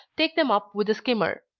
take them up with a skimmer.